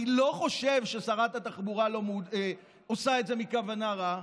אני לא חושב ששרת התחבורה עושה את זה מכוונה רעה.